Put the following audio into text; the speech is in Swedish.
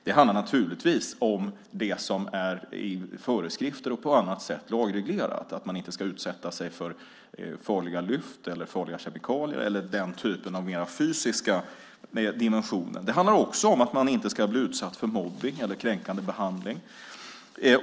Det handlar naturligtvis om det som är lagreglerat i föreskrifter och på annat sätt, att man inte ska utsätta sig för farliga lyft, farliga kemikalier eller den typen av mer fysiska dimensioner. Det handlar också om att man inte ska bli utsatt för mobbning eller kränkande behandling.